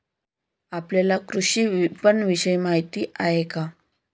आपल्याला कृषी विपणनविषयी माहिती आहे का?